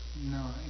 No